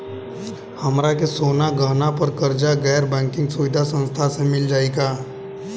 हमरा के सोना गहना पर कर्जा गैर बैंकिंग सुविधा संस्था से मिल जाई का?